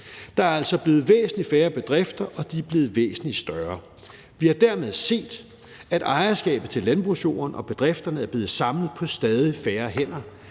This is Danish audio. Der er altså blevet væsentlig færre bedrifter, og de er blevet væsentlig større. Vi har dermed set, at ejerskabet til landbrugsjorden og bedrifterne er blevet samlet på stadig færre hænder,